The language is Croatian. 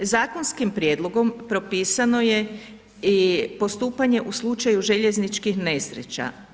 Zakonskim prijedlogom propisano je i postupanje u slučaju željezničkih nesreća.